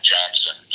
Johnson